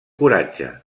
coratge